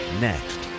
next